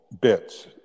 bits